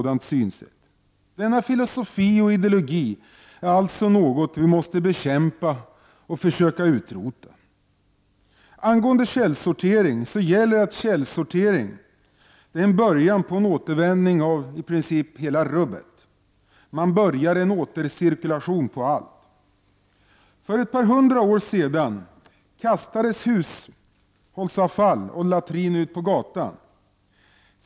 Denna filosofi och ideologi är alltså något vi måste bekämpa och försöka utrota. Angående källsortering gäller att denna är början på en återanvändning av i princip rubbet; man börjar en återcirkulation av allt. För ett par 100 år sedan kastades hushållsavfall och latrin ut på gatan.